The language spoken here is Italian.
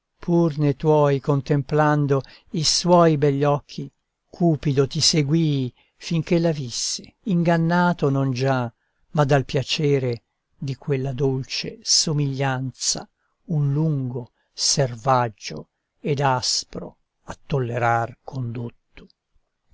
pur ne tuoi contemplando i suoi begli occhi cupido ti seguii finch'ella visse ingannato non già ma dal piacere di quella dolce somiglianza un lungo servaggio ed aspro a tollerar condotto